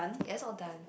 yes all done